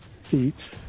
feet